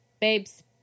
Babes